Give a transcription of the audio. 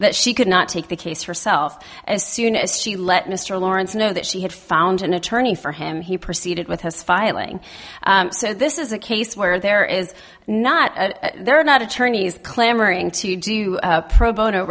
that she could not take the case herself as soon as she let mr lawrence know that she had found an attorney for him he proceeded with his filing so this is a case where there is not a there are not attorneys clamoring to do pro bono